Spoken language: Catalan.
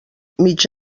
mig